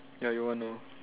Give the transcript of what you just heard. ya your one lor